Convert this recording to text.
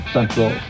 Central